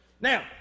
Now